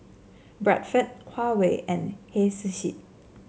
Bradford Huawei and Hei Sushi